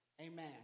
Amen